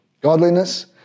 Godliness